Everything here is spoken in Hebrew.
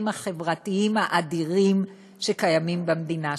החברתיים האדירים שקיימים במדינה שלנו,